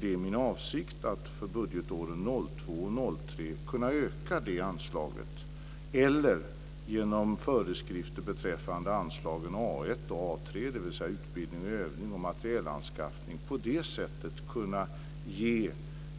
Det är min avsikt att för budgetåren 2002 och 2003 kunna öka det anslaget eller genom föreskrifter beträffande anslagen A1 och A3, dvs. utbildning, övning och materielanskaffning, kunna ge